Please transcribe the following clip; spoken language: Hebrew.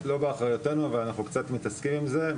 זה לא באחריותנו, אבל אנחנו קצת מתעסקים עם זה.